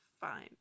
fine